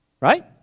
Right